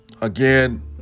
Again